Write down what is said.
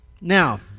Now